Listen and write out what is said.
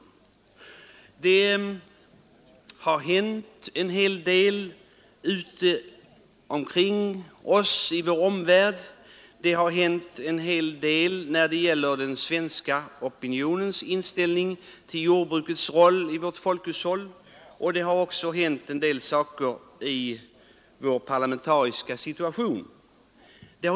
Det har hänt en del i vår omvärld. Det har också skett en hel del förändringar i den svenska opinionen i vad gäller jordbrukets roll i vårt folkhushåll och det har även inträffat en del i vår parlamentariska situation.